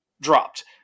dropped